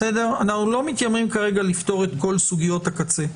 אנחנו לא מתיימרים כרגע לפתור את כל סוגיות הקצה,